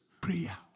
Prayer